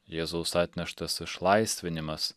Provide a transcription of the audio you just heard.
jėzaus atneštas išlaisvinimas